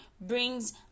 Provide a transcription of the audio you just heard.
brings